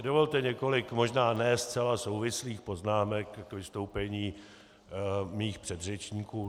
Dovolte několik, možná ne zcela souvislých poznámek k vystoupení mých předřečníků.